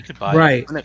Right